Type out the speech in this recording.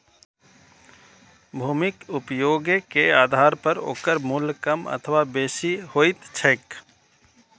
भूमिक उपयोगे के आधार पर ओकर मूल्य कम अथवा बेसी होइत छैक